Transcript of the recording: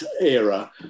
era